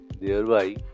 thereby